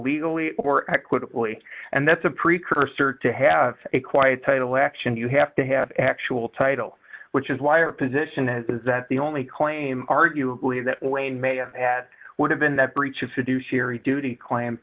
legally or equitably and that's a precursor to have a quiet title action you have to have actual title which is why our position is that the only claim arguably that wayne may have had would have been that breaches to do sherry duty clam